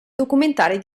documentari